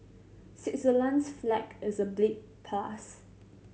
Switzerland's flag is a plus